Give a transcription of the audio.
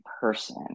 person